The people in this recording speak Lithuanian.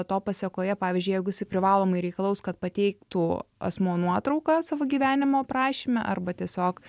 to pasekoje pavyzdžiui jeigu jisai privalomai reikalaus kad pateiktų asmuo nuotrauką savo gyvenimo aprašyme arba tiesiog